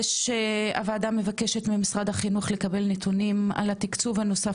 הוועדה מבקשת ממשרד החינוך לקבל נתונים על התקצוב הנוסף